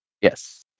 yes